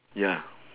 ya